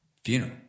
Funeral